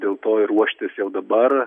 dėl to ir ruoštis jau dabar